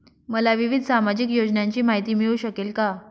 मला विविध सामाजिक योजनांची माहिती मिळू शकेल का?